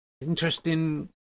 interesting